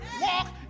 Walk